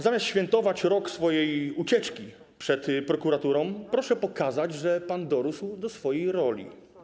Zamiast świętować rok swojej ucieczki przed prokuraturą, proszę pokazać, że pan dorósł do swojej roli.